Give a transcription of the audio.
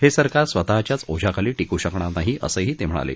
हे सरकार स्वतःच्याच ओझ्याखाली ीकू शकणार नाही असंही ते म्हणाले